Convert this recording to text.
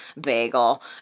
bagel